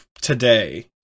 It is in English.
today